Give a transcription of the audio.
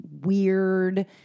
weird